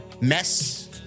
mess